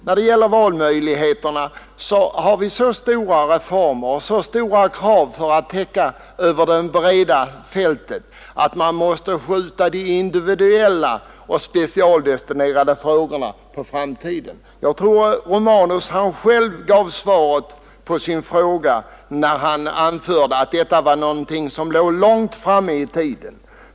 Vad beträffar valmöjligheterna har vi så stora reformer och krav att tillgodose över ett brett fält, att man måste skjuta de individuella och specialdestinerade frågorna på framtiden. Jag tyckte också att herr Romanus själv gav svaret på sin fråga, när han sade att detta är ett önskemål vars förverkligande ligger långt fram i tiden.